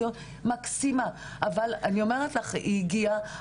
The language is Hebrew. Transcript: היא הייתה מקסימה ואני אומרת לך שהיא היחידה שהגיעה,